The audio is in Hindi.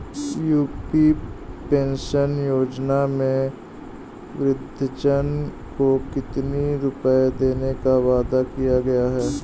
यू.पी पेंशन योजना में वृद्धजन को कितनी रूपये देने का वादा किया गया है?